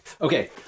Okay